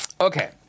Okay